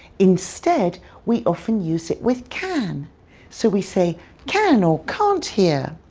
instead we often use it with can so we say can or can't hear.